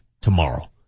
tomorrow